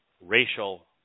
racial